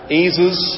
eases